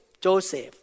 Joseph